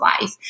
life